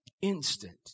instant